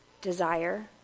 desire